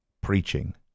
preaching